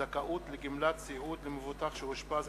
(זכאות לגמלת סיעוד למבוטח שאושפז),